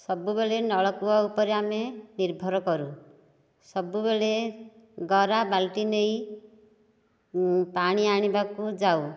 ସବୁବେଳେ ନଳକୂପ ଉପରେ ଆମେ ନିର୍ଭର କରୁ ସବୁବେଳେ ଗରା ବାଲତି ନେଇ ପାଣି ଆଣିବାକୁ ଯାଉ